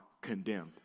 condemned